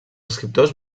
escriptors